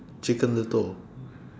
chicken little